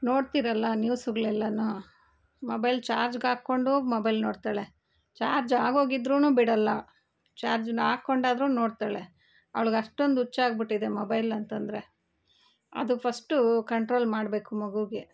ನೋಡ್ತೀರಲ್ಲ ನ್ಯೂಸ್ಗಳೆಲ್ಲಾ ಮೊಬೈಲ್ ಚಾರ್ಜ್ಗೆ ಹಾಕೊಂಡು ಮೊಬೈಲ್ ನೋಡ್ತಾಳೆ ಚಾರ್ಜ್ ಆಗೋಗಿದ್ರೂ ಬಿಡಲ್ಲ ಚಾರ್ಜ್ನ್ನು ಹಾಕೊಂಡಾದ್ರೂ ನೋಡ್ತಾಳೆ ಅವಳಿಗ್ ಅಷ್ಟೊಂದು ಹುಚ್ಚಾಗಿಬಿಟ್ಟಿದೆ ಮೊಬೈಲ್ ಅಂತಂದರೆ ಅದು ಫಸ್ಟ್ ಕಂಟ್ರೋಲ್ ಮಾಡಬೇಕು ಮಗುಗೆ